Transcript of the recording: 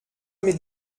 mit